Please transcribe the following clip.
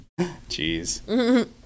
Jeez